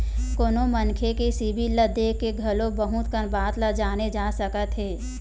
कोनो मनखे के सिबिल ल देख के घलो बहुत कन बात ल जाने जा सकत हे